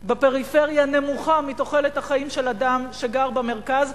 בפריפריה נמוכה מתוחלת החיים של אדם שגר במרכז,